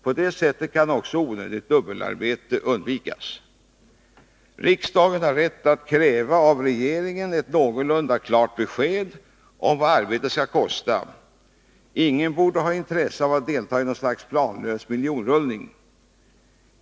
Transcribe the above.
På det sättet kan onödigt dubbelarbete undvikas. Riksdagen har rätt att kräva av regeringen ett någorlunda klart besked om vad arbetet skall kosta. Ingen borde ha intresse av att delta i något slags planlös miljonrullning.